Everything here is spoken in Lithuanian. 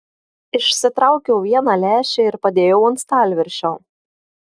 išsitraukiau vieną lęšį ir padėjau ant stalviršio